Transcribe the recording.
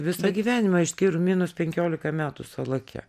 visą gyvenimą išskyr minus penkiolika metų salake